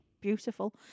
beautiful